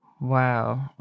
wow